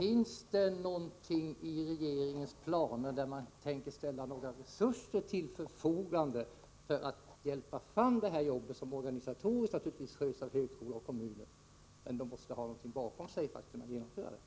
Har regeringen några planer på att ställa resurser till förfogande för att stödja ett sådant arbete, vilket organisatoriskt naturligtvis sköts av högskolor och kommuner men som man måste ha stöd för att kunna genomföra?